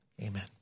Amen